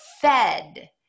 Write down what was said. fed